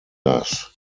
das